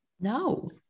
no